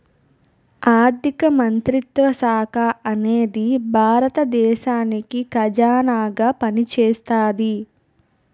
ఆర్ధిక మంత్రిత్వ శాఖ అనేది భారత దేశానికి ఖజానాగా పనిచేస్తాది